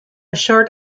short